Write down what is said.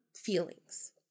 feelings